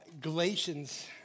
Galatians